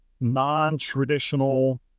non-traditional